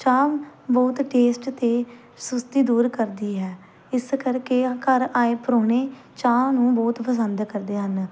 ਚਾਹ ਬਹੁਤ ਟੇਸਟ ਅਤੇ ਸੁਸਤੀ ਦੂਰ ਕਰਦੀ ਹੈ ਇਸ ਕਰਕੇ ਘਰ ਆਏ ਪਰਾਹੁਣੇ ਚਾਹ ਨੂੰ ਬਹੁਤ ਪਸੰਦ ਕਰਦੇ ਹਨ